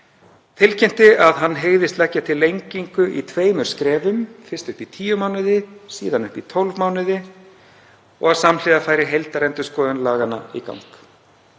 tilkynnti að hann hygðist leggja til lengingu í tveimur skrefum, fyrst upp í tíu mánuði og síðan upp í 12 mánuði, og að samhliða færi heildarendurskoðun laganna í gang.